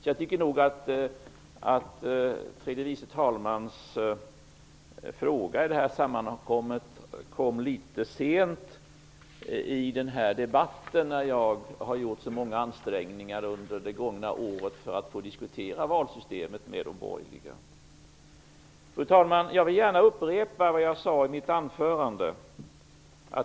Jag tycker nog att tredje vice talmannens fråga kom litet sent i debatten, eftersom jag har gjort så många ansträngningar under det gångna året för att få diskutera valsystemet med de borgerliga. Fru talman! Jag vill gärna upprepa vad jag sade i mitt anförande.